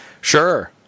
sure